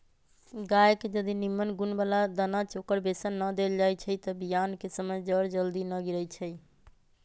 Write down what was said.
गाय के जदी निम्मन गुण बला दना चोकर बेसन न देल जाइ छइ तऽ बियान कें समय जर जल्दी न गिरइ छइ